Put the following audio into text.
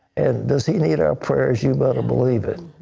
does he need our prayers? you better believe it.